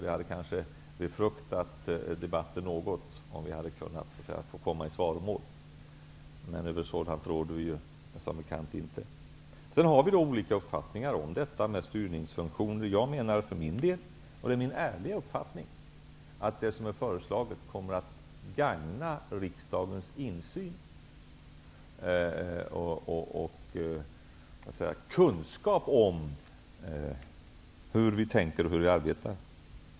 Det hade kanske befruktat debatten något om vi hade fått gå i svaromål. Men över sådant råder vi som bekant inte. Vi har olika uppfattningar om detta med styrningsfunktioner. Jag för min del menar, och det är min ärliga uppfattning, att det som föreslagits kommer att gagna riksdagens insyn och kunskap om hur vi tänker och hur vi arbetar.